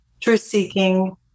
truth-seeking